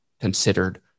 considered